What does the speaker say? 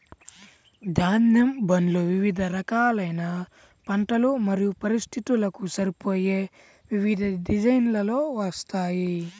ధాన్యం బండ్లు వివిధ రకాలైన పంటలు మరియు పరిస్థితులకు సరిపోయే వివిధ డిజైన్లలో వస్తాయి